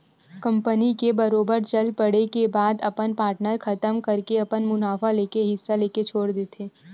company के बरोबर चल पड़े के बाद अपन पार्टनर खतम करके अपन मुनाफा लेके हिस्सा लेके छोड़ देथे